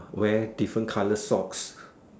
wear different colour socks